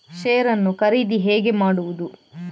Share ನ್ನು ಖರೀದಿ ಹೇಗೆ ಮಾಡುವುದು?